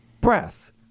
breath